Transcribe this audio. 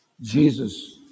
Jesus